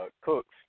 Cooks